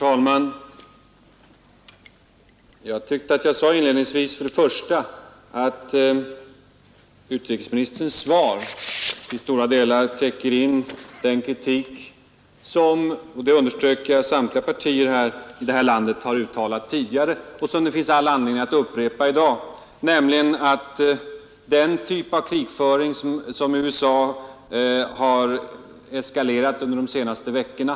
Herr talman! Jag sade inledningsvis att utrikesministerns svar till stora delar täcker in den kritik som samtliga partier i det här landet har uttalat tidigare och som det finns all anledning att upprepa i dag mot den typ av krigföring som USA har eskalerat under de senaste veckorna.